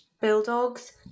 bulldogs